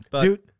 Dude